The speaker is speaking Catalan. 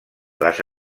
les